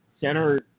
center